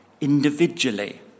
individually